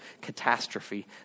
catastrophe